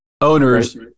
owners